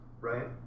right